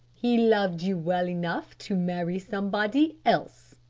he loved you well enough to marry somebody else,